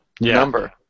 number